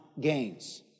gains